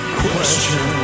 question